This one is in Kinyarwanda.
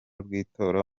rw’itora